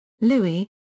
Louis